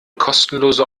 kostenlose